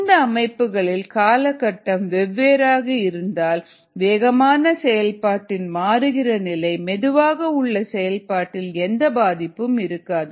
இந்த அமைப்புகளின் காலகட்டம் வெவ்வேறாக இருந்தால் வேகமான செயல்பாட்டின் மாறுகிற நிலை மெதுவாக உள்ள செயல்பாட்டில் எந்த பாதிப்பும் இருக்காது